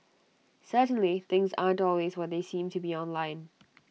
certainly things aren't always what they seem to be online